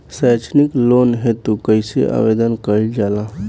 सैक्षणिक लोन हेतु कइसे आवेदन कइल जाला?